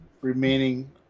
remaining